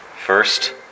First